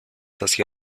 hacia